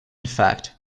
fact